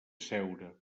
asseure